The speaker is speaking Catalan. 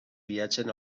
viatgen